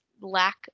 lack